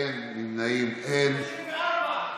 אין, נמנעים, אין.